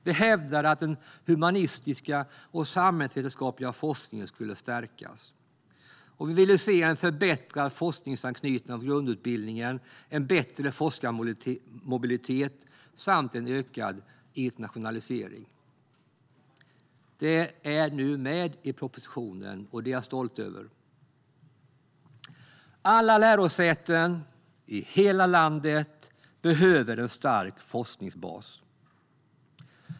Vi hävdade att den humanistiska och samhällsvetenskapliga forskningen skulle stärkas. Vi ville se en förbättrad forskningsanknytning av grundutbildningen, en bättre forskarmobilitet samt en ökad internationalisering. Detta finns nu med i propositionen, och det är jag stolt över. Alla lärosäten i hela landet behöver en stark forskningsbas.